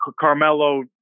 Carmelo